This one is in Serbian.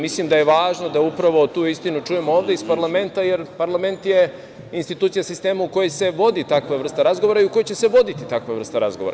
Mislim da je važno da upravo tu istinu čujemo ovde iz parlamenta, jer parlament je institucija sistema u koji se vodi takva vrsta razgovora i u koji će se voditi takva vrsta razgovora.